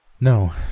No